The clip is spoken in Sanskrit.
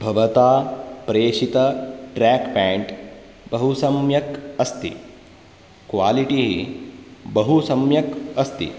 भवता प्रेषितट्रेक्पेण्ट् बहु सम्यक् अस्ति क्वालिटि बहु सम्यक् अस्ति